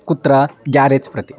कुत्र ग्यारेज् प्रति